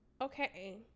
okay